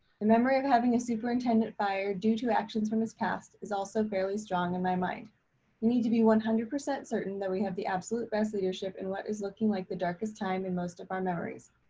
the memory of having a superintendent fired due to actions from his past is also fairly strong in my mind. we need to be one hundred percent certain that we have the absolute best leadership in what is looking like the darkest time in most of our memories.